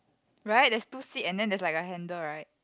right there's two seat and then there's like a handle right